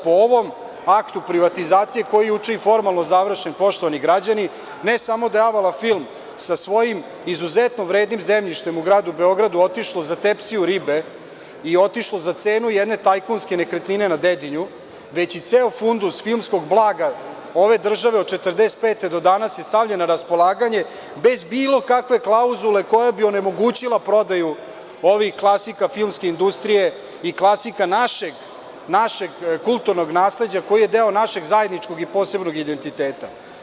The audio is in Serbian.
Po ovom aktu privatizacije, koji je juče i formalno završen, poštovani građani, ne samo da je „Avala film“ sa svojim izuzetno vrednim zemljištem u Gradu Beogradu, otišlo za tepsiju ribe, i otišlo za cenu jedne tajkunske nekretnine na Dedinju, već i ceo fundus filmskog blaga ove države od 1945. godine do danas se stavlja na raspolaganje bez bilo kakve klauzule koja bi onemogućila prodaju ovih klasika filmske industrije, i klasika našeg kulturnog nasleđa, koji je deo našeg zajedničkog i posebnog identiteta.